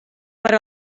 per